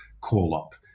call-up